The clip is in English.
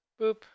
Boop